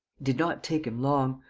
did not take him long.